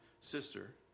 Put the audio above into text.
sister